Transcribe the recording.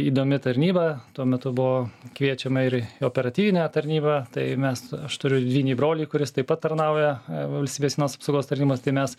įdomi tarnyba tuo metu buvo kviečiama ir į operatyvinę tarnybą tai mes aš turiu dvynį brolį kuris taip pat tarnauja valstybės sienos apsaugos tarnybos tai mes